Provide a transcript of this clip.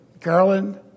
Carolyn